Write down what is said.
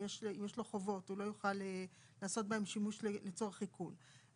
אם יש לו חובות הוא לא יוכל לעשות בהם שימוש לצורך עיקול.